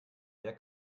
wer